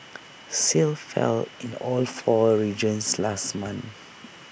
sales fell in the all four regions last month